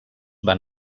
van